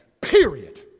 Period